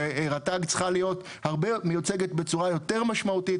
שרט"ג צריכה להיות מיוצגת בצורה יותר משמעותית.